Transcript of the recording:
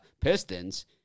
Pistons